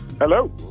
Hello